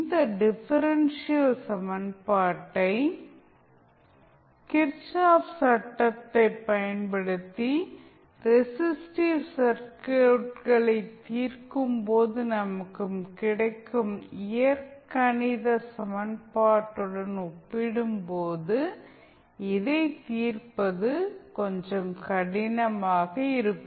இந்த டிஃபரன்ஷியல் சமன்பாட்டை கிர்ச்சாஃப் சட்டத்தைப் kirchhoffs law பயன்படுத்தி ரெசிஸ்டிவ் சர்க்யூட்களை தீர்க்கும் போது நமக்கு கிடைக்கும் இயற்கணித சமன்பாட்டுடன் ஒப்பிடும்போது இதை தீர்ப்பது கொஞ்சம் கடினமாக இருக்கும்